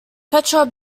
petra